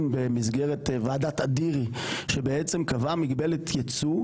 במסגרת ועדת אדירי שבעצם קבעה מגבלת ייצוא,